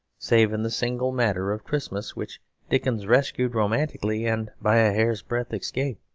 save in the single matter of christmas, which dickens rescued romantically and by a hair's-breadth escape.